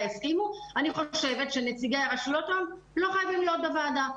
יסכימו נציגי הרשויות שם לא חייבים להיות בוועדה.